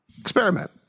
experiment